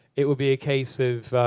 it would be a case of